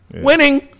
winning